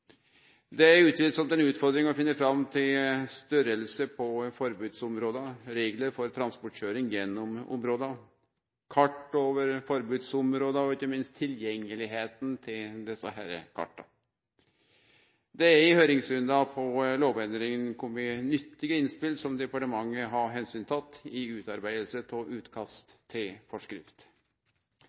Det er utvilsamt ei utfordring å finne fram til storleiken på forbodsområdet, reglar for transportkøyring gjennom området, kart over forbodsområda og ikkje minst tilgjenget til desse karta. Det har i høyringsrunden om lovendringa kome nyttige innspel som departementet har teke omsyn til i utarbeidinga av utkast til forskrift.